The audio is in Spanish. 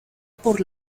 por